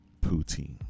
poutine